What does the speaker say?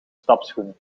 stapschoenen